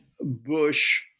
Bush